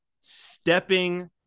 stepping